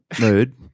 mood